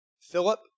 Philip